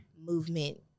movement